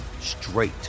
straight